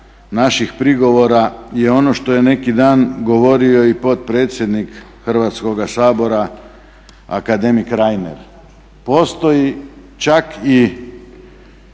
naših prigovora je ono što je neki dan govorio i potpredsjednik Hrvatskog sabora, akademik Reiner. Postoji čak i